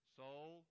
soul